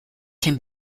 can